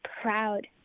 proud